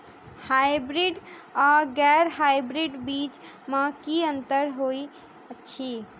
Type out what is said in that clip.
Hybrids आ गैर hybrids बीज म की अंतर होइ अछि?